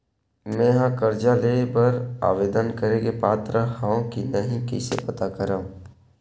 मेंहा कर्जा ले बर आवेदन करे के पात्र हव की नहीं कइसे पता करव?